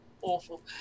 awful